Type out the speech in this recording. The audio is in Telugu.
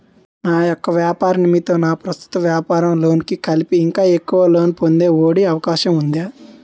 నా యెక్క వ్యాపార నిమిత్తం నా ప్రస్తుత వ్యాపార లోన్ కి కలిపి ఇంకా ఎక్కువ లోన్ పొందే ఒ.డి అవకాశం ఉందా?